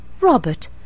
Robert